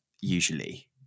usually